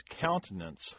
countenance